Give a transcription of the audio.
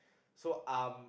so um